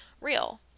real